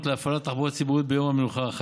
להפעלת תחבורה ציבורית ביום המנוחה השבועי,